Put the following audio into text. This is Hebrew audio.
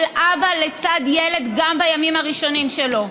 אבא לצד ילד גם בימים הראשונים שלו.